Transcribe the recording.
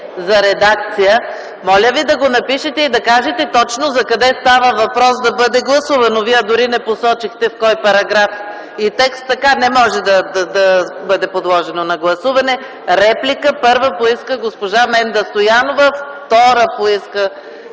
за редакция, моля Ви да го напишете и да кажете точно закъде става въпрос, за да бъде гласувано. Вие дори не посочихте в кой параграф и текст. Така не може да бъде подложено на гласуване. Първа реплика поиска госпожа Менда Стоянова, втора –